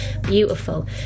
Beautiful